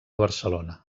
barcelona